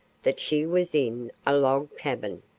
that she was in a log cabin.